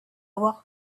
walked